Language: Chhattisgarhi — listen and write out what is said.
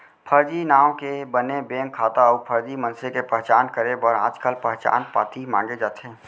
फरजी नांव के बने बेंक खाता अउ फरजी मनसे के पहचान करे बर आजकाल पहचान पाती मांगे जाथे